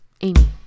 Amy